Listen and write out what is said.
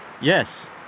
Yes